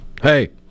Hey